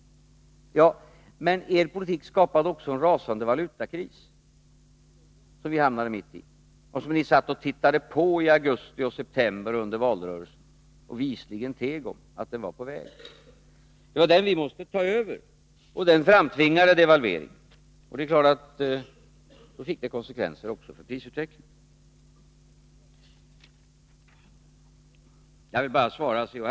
Men er politik skapade också en rasande valutakris som vi hamnade mitt i och som ni satt och tittade på i augusti och september under valrörelsen och visligen teg om att den var på väg. Det var den vi måste ta över, och den framtvingade devalveringen. Det är klart att det fick konsekvenser också för prisutvecklingen. Jag vill svara C.-H.